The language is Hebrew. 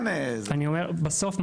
בסוף,